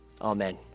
Amen